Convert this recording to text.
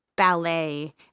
ballet